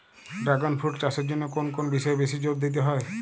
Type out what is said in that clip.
Dragon fruit চাষের জন্য কোন কোন বিষয়ে বেশি জোর দিতে হয়?